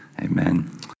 amen